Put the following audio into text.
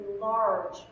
large